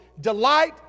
delight